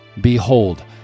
behold